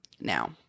now